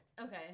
Okay